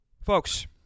Folks